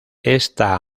esta